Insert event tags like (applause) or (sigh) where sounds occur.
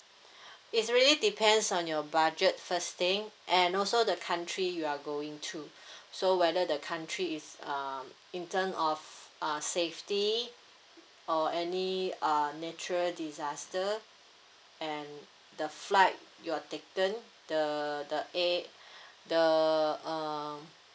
(breath) it's really depends on your budget first thing and also the country you are going to (breath) so whether the country is um in term of uh safety or any uh natural disaster and the flight you're taken the the air (breath) the um